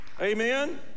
Amen